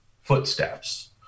footsteps